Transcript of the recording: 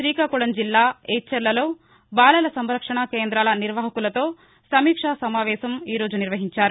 శ్రీకాకుళం జిల్లా ఎచ్చెర్లలో బాల సంరక్షణ కేందాల నిర్వాహకులతో సమీక్ష సమావేశం ఈ రోజు నిర్వహించారు